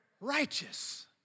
righteous